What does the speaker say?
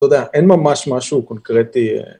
‫אתה יודע, אין ממש משהו קונקרטי.